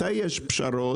מתי יש פשרות?